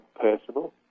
personal